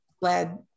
led